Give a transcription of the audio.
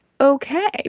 Okay